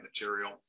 material